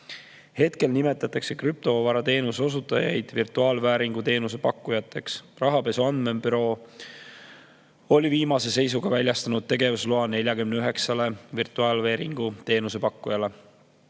Hetkel nimetatakse krüptovarateenuse osutajaid virtuaalvääringuteenuse pakkujateks. Rahapesu Andmebüroo oli viimase seisuga väljastanud tegevusloa 49-le virtuaalvääringuteenuse pakkujale.